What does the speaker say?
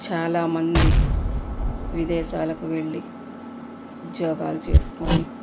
చాలామంది విదేశాలకు వెళ్ళి ఉద్యోగాలు చేసుకొని